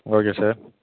okay sir